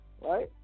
right